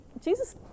Jesus